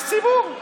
יש ציבור.